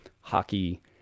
hockey